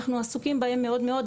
אנחנו עסוקים בהם מאוד מאוד,